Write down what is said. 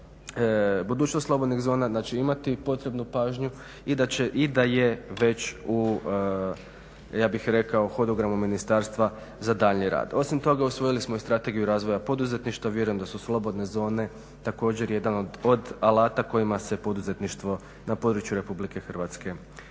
budućnost slobodnih zona da će imati potrebnu pažnju i da je već u ja bih rekao u hodugramu ministarstva za daljnji rad. Osim toga usvojili smo i strategiju razvoja poduzetništva, vjerujem da su slobodne zone također jedan od alata kojima se poduzetništvo na području RH može i treba